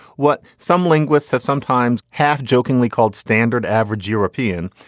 what some linguists have sometimes half jokingly called standard average european,